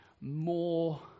more